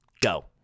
Go